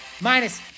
minus